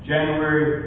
January